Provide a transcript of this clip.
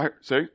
say